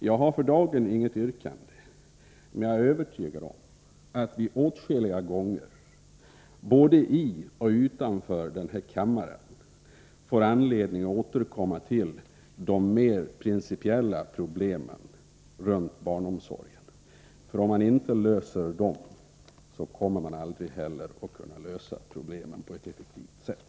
Jag har för dagen inget yrkande, men jag är övertygad om att vi åtskilliga gånger, både i och utanför den här kammaren, får anledning att återkomma till de mer principiella problemen när det gäller barnomsorgen. För om man inte löser dem, kommer man aldrig att kunna lösa problemen på ett effektivt sätt.